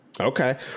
Okay